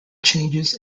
changes